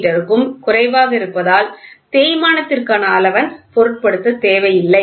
me க்கும் குறைவாக இருப்பதால் தேய்மானத்திற்கான அலவன்ஸ் பொருட்படுத்த தேவையில்லை